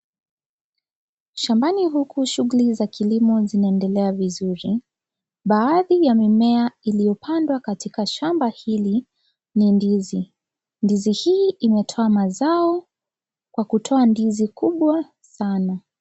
Shambani huku shuguli za kilimo zinaendelea vizuri, baadhi ya mimea iliyopandwa katika shamba hili, ni ndizi, ndizi hii imetoa mazao, kwa kutoa ndizi kubwa, sana.